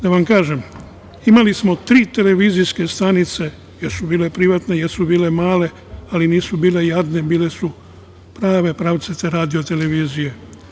Da vam kažem, imali smo tri televizijske stanice, jesu bile privatne, jesu bile male, ali nisu bile jadne, bile su prave pravcate radio televizije.